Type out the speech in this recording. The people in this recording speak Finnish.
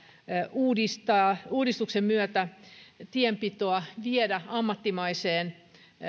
uudistaa uudistuksen myötä tienpitoa viedä ammattimaiseen